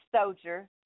soldier